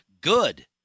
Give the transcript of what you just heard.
good